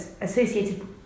associated